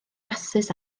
rasys